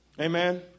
Amen